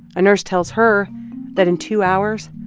a nurse tells her that in two hours,